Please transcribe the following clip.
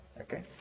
Okay